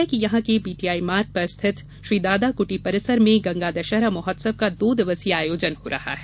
गौरतलब है यहां के बीटीआई मार्ग पर स्थित श्रीदादा कृटी परिसर में गंगा दशहरा महोत्सव का दो दिवसीय आयोजन हो रहा है